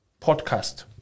podcast